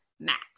Max